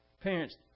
parents